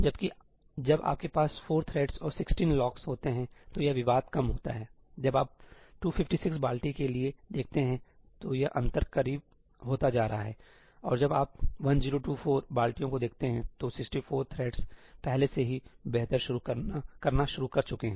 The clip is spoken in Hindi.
जबकि जब आपके पास 4 थ्रेड्स और 16 लॉक्स होते हैं तो यह विवाद कम होता है जब आप 256 बाल्टी के लिए देखते हैं तो यह अंतर करीब होता जा रहा है और जब आप 1024 बाल्टियों को देखते हैं तो 64 थ्रेड्स पहले से ही बेहतर करना शुरू कर चुके हैं